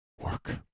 work